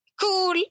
cool